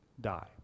die